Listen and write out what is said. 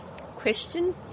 question